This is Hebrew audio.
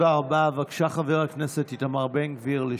עו"ד בן גביר,